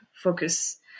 focus